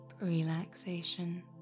relaxation